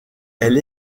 elle